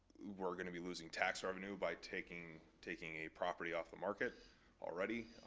we're gonna be losing tax revenue by taking taking a property off the market already.